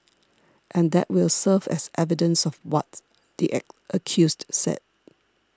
and that will serve as evidence of what the accused said